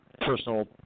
personal